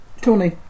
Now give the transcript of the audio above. Tony